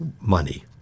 money